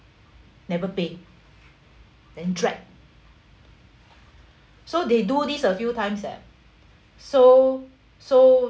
never pay then drag so they do this a few times eh so so